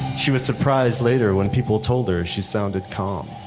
she was surprised later when people told her she sounded calm